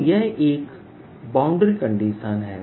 तो यह एक बाउंड्री कंडीशन है